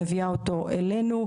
מביאה אותו אלינו,